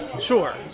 Sure